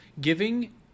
Giving